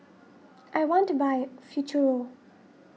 I want to buy Futuro